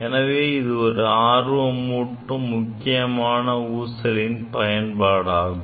எனவே இது ஒரு ஆர்வமூட்டும் முக்கியமான ஊசலின் பயன்பாடு ஆகும்